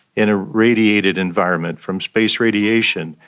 in a radiated environment from space radiation,